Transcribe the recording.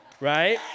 Right